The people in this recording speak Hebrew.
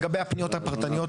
לגבי הפניות הפרטניות,